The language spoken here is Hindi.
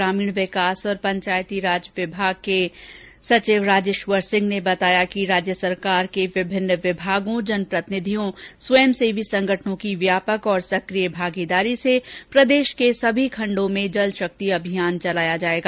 ग्रामीण विकास और पंचायती राज विभाग राजेश्वर सिंह ने बताया कि राज्य सरकार के विभिन्न विभागों जन प्रतिनिधियों स्वंयसेवी संगठनों की व्यापक और सक्रिय भागीदारी से प्रदेश के सभी खण्डों में जल शक्ति अभियान चलाया जायेगा